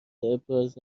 ابراز